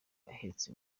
ahetse